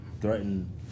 threatened